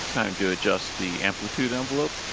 time to adjust the amplitude envelope